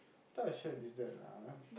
what type of shirt is that lah ah